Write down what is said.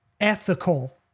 ethical